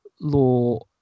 law